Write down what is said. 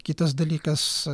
kitas dalykas